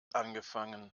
angefangen